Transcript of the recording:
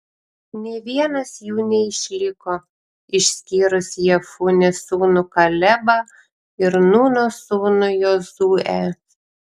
nė vienas jų neišliko išskyrus jefunės sūnų kalebą ir nūno sūnų jozuę